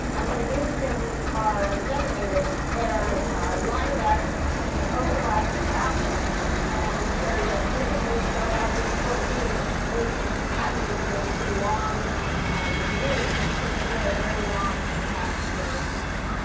and when these things are generated, they're lined up in overlapping fashion and so that even though you start out with short reads, you can concatenate them into long um reads so that you get a very long, intact dna sequence.